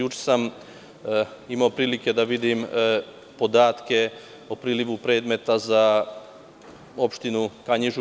Juče sam imao prilike da vidim podatke o prilivu predmeta za opštinu Kanjiža.